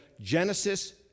Genesis